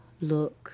Look